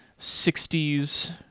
60s